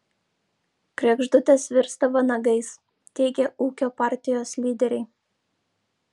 kregždutės virsta vanagais teigia ūkio partijos lyderiai